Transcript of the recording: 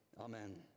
amen